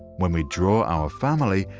when we draw our family,